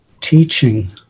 teaching